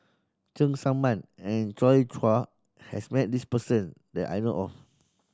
Cheng Tsang Man and Joi Chua has met this person that I know of